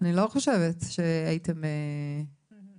אני לא חושבת שהייתם בעמדה.